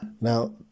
Now